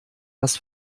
was